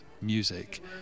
music